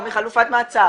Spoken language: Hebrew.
או מחלופת מעצר.